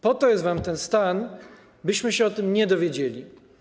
Po to jest wam ten stan, abyśmy się o tym nie dowiedzieli.